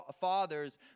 fathers